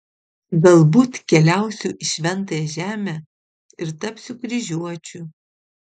galbūt keliausiu į šventąją žemę ir tapsiu kryžiuočiu